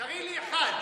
תראי לי אחד.